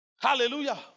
Hallelujah